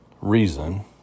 reason